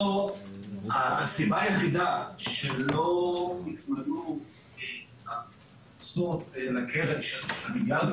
בסוף הסיבה היחידה שלא --- ההכנסות של מיליארדים